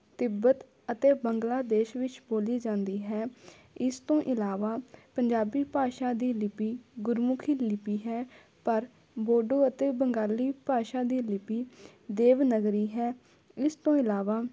ਤਿੱਬਤ ਅਤੇ ਬੰਗਲਾਦੇਸ਼ ਵਿੱਚ ਬੋਲੀ ਜਾਂਦੀ ਹੈ ਇਸ ਤੋਂ ਇਲਾਵਾ ਪੰਜਾਬੀ ਭਾਸ਼ਾ ਦੀ ਲਿਪੀ ਗੁਰਮੁਖੀ ਲਿਪੀ ਹੈ ਪਰ ਬੋਡੋ ਅਤੇ ਬੰਗਾਲੀ ਭਾਸ਼ਾ ਦੀ ਲਿਪੀ ਦੇਵਨਗਰੀ ਹੈ ਇਸ ਤੋਂ ਇਲਾਵਾ